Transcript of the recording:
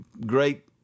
great